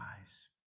eyes